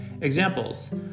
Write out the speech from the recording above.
Examples